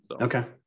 Okay